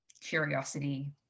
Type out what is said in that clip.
curiosity